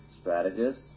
strategist